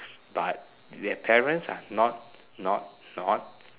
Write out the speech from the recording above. but the parents are not not not